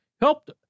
helped